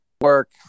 work